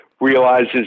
realizes